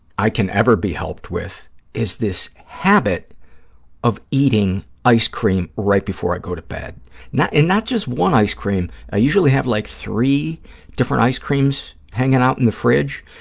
i can ever be helped with is this habit of eating ice cream right before i go to bed, and not just one ice cream. i usually have like three different ice creams hanging out in the fridge,